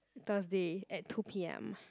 Thursday at two P M